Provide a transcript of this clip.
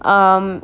um